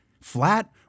Flat